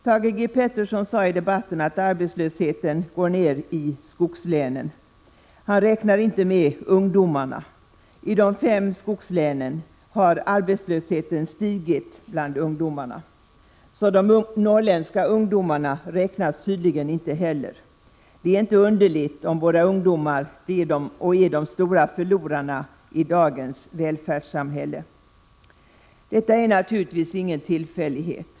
Thage G. Peterson sade i debatten att arbetslösheten går ner i skogslänen. Han räknar inte med ungdomarna. I de fem skogslänen har arbetslösheten stigit bland ungdomarna. Så de norrländska ungdomarna räknas tydligen inte heller. Det är inte underligt, om våra ungdomar är de stora förlorarna i dagens välfärdssamhälle. Detta är naturligtvis ingen tillfällighet.